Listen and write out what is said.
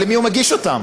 אבל למי הוא מגיש אותן?